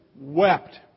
wept